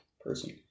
person